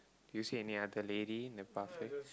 you see any other lady in the pathway